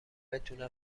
بتونن